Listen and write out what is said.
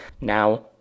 Now